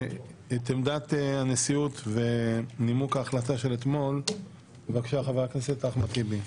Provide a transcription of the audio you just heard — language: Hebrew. את עמדת הנשיאות ונימוק ההחלטה של אתמול ייתן חבר הכנסת אחמד טיבי.